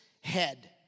head